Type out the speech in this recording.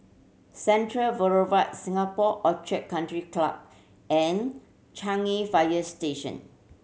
Central Boulevard Singapore Orchid Country Club and Changi Fire Station